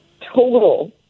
total